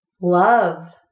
love